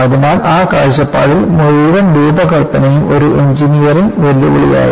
അതിനാൽ ആ കാഴ്ചപ്പാടിൽ മുഴുവൻ രൂപകൽപ്പനയും ഒരു എഞ്ചിനീയറിംഗ് വെല്ലുവിളിയായിരുന്നു